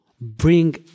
bring